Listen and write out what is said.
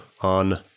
on